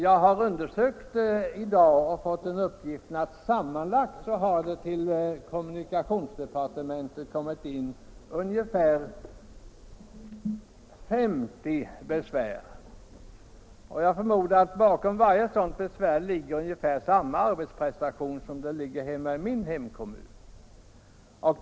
Jag har i dag fått uppgift om att sammanlagt har till kommunikationsdepartementet kommit in ungefär 50 besvär. Jag förmodar att bakom varje sådant besvär ligger ungefär samma arbetsprestation som den jag redogjort för i min kommun.